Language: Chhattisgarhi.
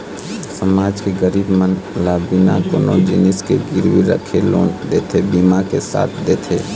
समाज के गरीब मन ल बिना कोनो जिनिस के गिरवी रखे लोन देथे, बीमा के लाभ देथे